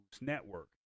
network